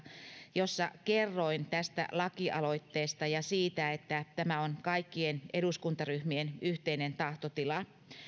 jossa kerroin tästä lakialoitteesta ja siitä että tämä on kaikkien eduskuntaryhmien yhteinen tahtotila